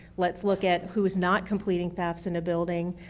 let's look at who's not completing fafsa in a building.